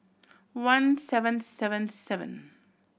one seven seven seven